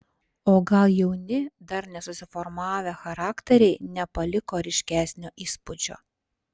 o gal jauni dar nesusiformavę charakteriai nepaliko ryškesnio įspūdžio